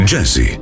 Jesse